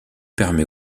permet